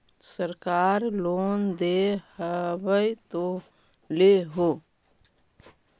सरकार लोन दे हबै तो ले हो?